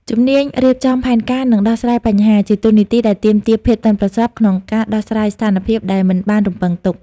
ជំនាញរៀបចំផែនការ និងដោះស្រាយបញ្ហា ជាតួនាទីដែលទាមទារភាពប៉ិនប្រសប់ក្នុងការដោះស្រាយស្ថានភាពដែលមិនបានរំពឹងទុក។